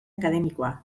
akademikoa